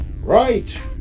Right